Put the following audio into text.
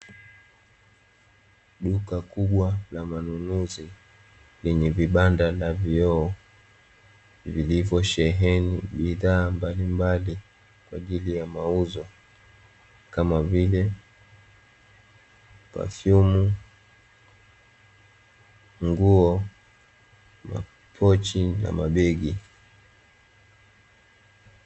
Duka kubwa la manunuzi lenye vibanda na vioo, vilivyosheheni bidhaa mbalimbali kwa ajili ya mauzo kama vile pafyumu, nguo, pochi na mabegi.